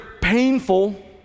painful